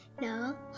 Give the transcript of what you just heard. No